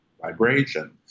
vibration